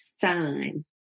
sign